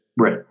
Right